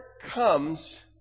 comes